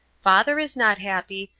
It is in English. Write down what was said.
father is not happy,